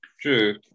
True